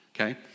okay